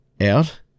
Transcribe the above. out